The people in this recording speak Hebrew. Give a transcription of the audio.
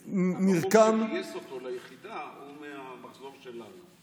נרקם, הבחור שגייס אותו ליחידה הוא מהמחזור שלנו.